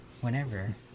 whenever